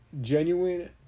genuine